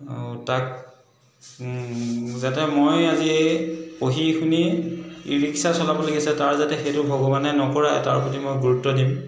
আৰু তাক যাতে মই আজি এই পঢ়ি শুনি ই ৰিক্সা চলাবলগীয়া হৈছে তাৰ যাতে সেইটো ভগৱানে নকৰাই তাৰ প্ৰতি মই গুৰুত্ব দিম